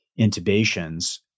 intubations